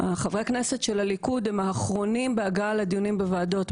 חברי הכנסת של הליכוד הם האחרונים בהגעה לדיונים בוועדות,